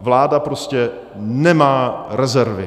Vláda prostě nemá rezervy.